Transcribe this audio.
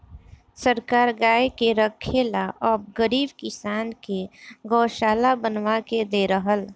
सरकार गाय के रखे ला अब गरीब किसान के गोशाला बनवा के दे रहल